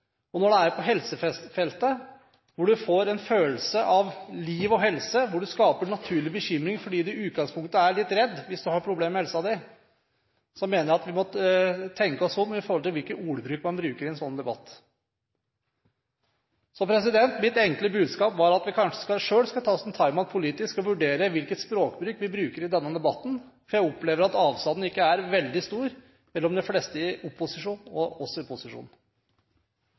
Og når det er på helsefeltet, hvor man får en følelse av liv og helse, og det naturlig nok skapes bekymring fordi du i utgangspunktet er litt redd når du har problemer med helsen din, mener jeg at vi må tenke oss om i forhold til hvilken ordbruk vi bruker i en sånn debatt. Mitt enkle budskap er at vi kanskje skal ta oss en «time out» politisk og vurdere hvilken språkbruk vi bruker i denne debatten, for jeg opplever at avstanden ikke er veldig stor mellom de fleste i opposisjon og også i posisjon.